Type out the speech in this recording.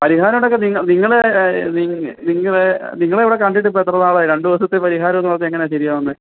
പരിഹാരം ഉണ്ടാക്കാൻ നിങ്ങൾ നിങ്ങളെ നിങ്ങൾ നിങ്ങളെ നിങ്ങളെ ഇവിടെ കണ്ടിട്ട് ഇപ്പം എത്ര നാളായി രണ്ട് ദിവസത്തിൽ പരിഹാരം എന്ന് പറഞ്ഞാൽ എങ്ങനെയാണ് ശരി ആവുന്നത്